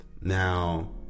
Now